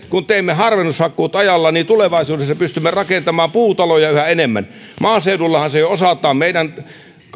kun teemme harvennushakkuut ajallaan tulevaisuudessa pystymme rakentamaan puutaloja yhä enemmän maaseudullahan se jo osataan meidän